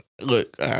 look